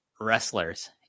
wrestlers